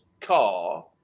car